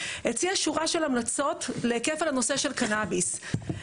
הציע שורה של המלצות בהקשר לנושא של הקנביס.